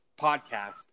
podcast